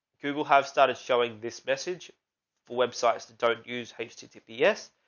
google have started showing this message for websites that don't use hasty tps,